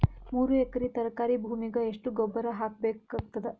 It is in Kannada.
ಮೂರು ಎಕರಿ ತರಕಾರಿ ಭೂಮಿಗ ಎಷ್ಟ ಗೊಬ್ಬರ ಹಾಕ್ ಬೇಕಾಗತದ?